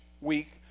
week